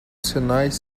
sinais